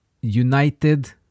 united